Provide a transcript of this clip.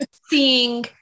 seeing